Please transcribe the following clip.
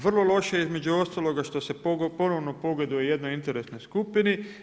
Vrlo loše je između ostaloga što se ponovno pogoduje jednoj interesnoj skupini.